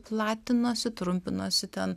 platinosi trumpinosi ten